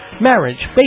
Marriage